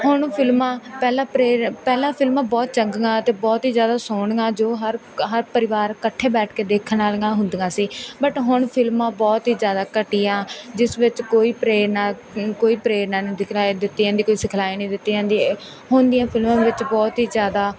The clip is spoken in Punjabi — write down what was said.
ਹੁਣ ਫਿਲਮਾਂ ਪਹਿਲਾਂ ਪ੍ਰੇਰ ਪਹਿਲਾਂ ਫਿਲਮਾਂ ਬਹੁਤ ਚੰਗੀਆਂ ਅਤੇ ਬਹੁਤ ਹੀ ਜ਼ਿਆਦਾ ਸੋਹਣੀਆਂ ਜੋ ਹਰ ਕ ਹਰ ਪਰਿਵਾਰ ਇਕੱਠੇ ਬੈਠ ਕੇ ਦੇਖਣ ਵਾਲੀਆਂ ਹੁੰਦੀਆਂ ਸੀ ਬਟ ਹੁਣ ਫਿਲਮਾਂ ਬਹੁਤ ਹੀ ਜ਼ਿਆਦਾ ਘਟੀਆ ਜਿਸ ਵਿੱਚ ਕੋਈ ਪ੍ਰੇਰਨਾ ਕੋਈ ਪ੍ਰੇਰਨਾ ਨਹੀਂ ਦਿਖਲਾਈ ਦਿੱਤੀ ਜਾਂਦੀ ਕੋਈ ਸਿਖਲਾਈ ਨਹੀਂ ਦਿੱਤੀ ਜਾਂਦੀ ਇਹ ਹੁਣ ਦੀਆਂ ਫਿਲਮਾਂ ਵਿੱਚ ਬਹੁਤ ਹੀ ਜ਼ਿਆਦਾ